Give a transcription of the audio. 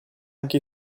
anche